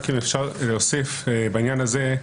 רק אם אפשר להוסיף בעניין הזה.